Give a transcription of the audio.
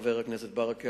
חבר הכנסת ברכה,